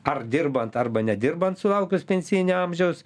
ar dirbant arba nedirbant sulaukus pensijinio amžiaus